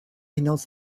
hinaus